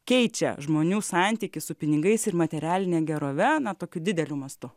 keičia žmonių santykį su pinigais ir materialine gerove na tokiu dideliu mastu